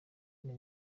kumi